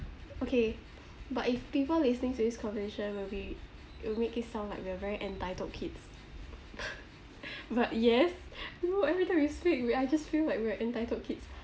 okay but if people listening to this conversation will be it'll make it sound like we are very entitled kids but yes you know everytime we slack we I just feel like we are entitled kids